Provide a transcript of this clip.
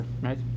right